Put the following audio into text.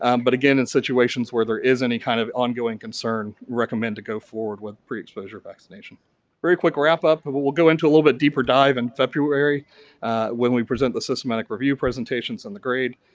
um but again, in situations where there is any kind of ongoing concern recommend to go forward with pre-exposure vaccination. a very quick wrap-up, but but we'll go into a little bit deeper dive in february when we present the systematic review presentations on the grade.